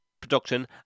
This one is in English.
production